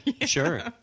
Sure